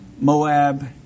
Moab